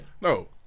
No